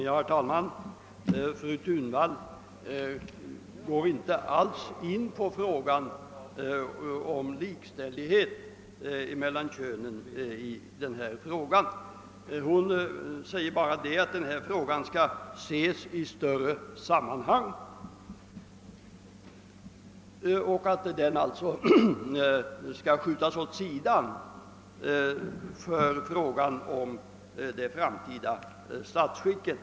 Herr talman! Fru Thunvall går inte alls in på frågan om likställighet mellan könen i detta avseende. Hon säger bara att frågan skall ses i sitt sammanhang och alltså skall skjutas åt sidan för spörsmålet om det framtida statsskicket.